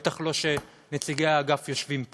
בטח לא כשנציגי האגף יושבים פה.